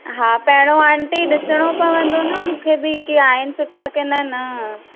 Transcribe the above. हा पहिरों आंटी ॾिसणो पवंदो न मूंखे बि कि आहिनि सुठा कि न न